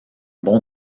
bon